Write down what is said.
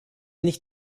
nicht